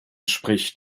spricht